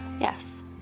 Yes